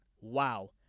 wow